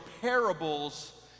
parables